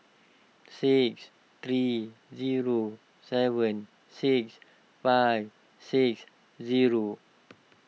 six three zero seven six five six zero